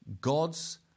God's